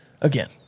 again